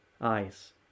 eyes